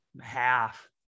half